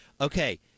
Okay